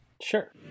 Sure